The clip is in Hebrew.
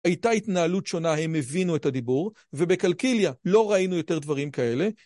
הייתה התנהלות שונה, הם הבינו את הדיבור ובקלקיליה לא ראינו יותר דברים כאלה.